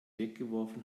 weggeworfen